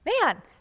Man